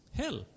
hell